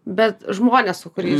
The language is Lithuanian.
bet žmonės su kuriais